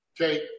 okay